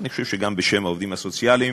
אני חושב גם בשם העובדים הסוציאליים,